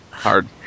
hard